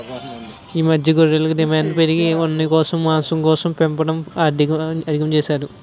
ఈ మధ్య గొర్రెలకు డిమాండు పెరిగి ఉన్నికోసం, మాంసంకోసం పెంపకం అధికం చేసారు